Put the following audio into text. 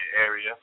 area